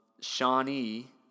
Shawnee